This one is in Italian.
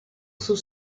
sul